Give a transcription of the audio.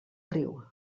riu